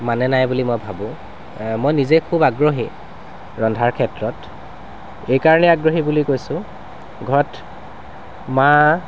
মানে নাই বুলি মই ভাবো মই নিজে খুব আগ্ৰহী ৰন্ধাৰ ক্ষেত্ৰত এইকাৰণে আগ্ৰহী বুলি কৈছো ঘৰত মা